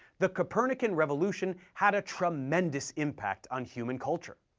the copernican revolution had a tremendous impact on human culture.